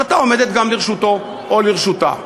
ההקלטה עומדת גם לרשותו או לרשותה.